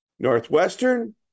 Northwestern